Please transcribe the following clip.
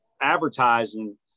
advertising